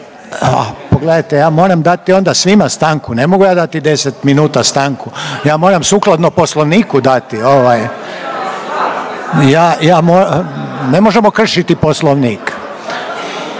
Pogledajte ja moram dati onda svima stanku. Ne mogu ja dati 10 minuta stanku. Ja moram sukladno Poslovniku dati. Ne možemo kršiti Poslovnik.